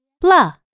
blah